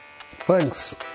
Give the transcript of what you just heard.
Thanks